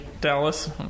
Dallas